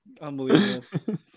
Unbelievable